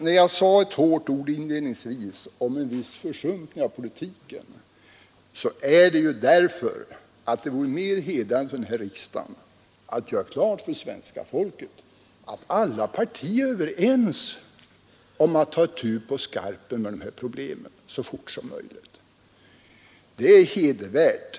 När jag inledningsvis sade några hårda ord om en viss försumpning i politiken, så gjorde jag det därför att det skulle vara mera hedrande för denna riksdag att göra klart för svenska folket att alla partier är överens om att nu ta i på skarpen med dessa problem så fort som möjligt. Det vore hedervärt.